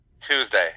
Tuesday